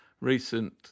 Recent